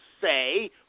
say